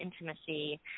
intimacy